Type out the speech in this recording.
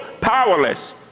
powerless